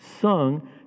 sung